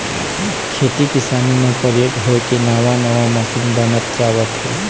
खेती किसानी म परयोग होय के नवा नवा मसीन बनत जावत हे